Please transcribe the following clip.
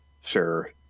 Sure